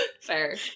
Fair